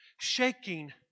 Shaking